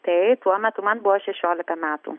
tai tuo metu man buvo šešiolika metų